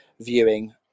viewing